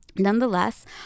Nonetheless